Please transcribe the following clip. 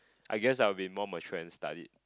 I guess I would be more matured and studied